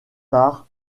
par